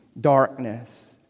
darkness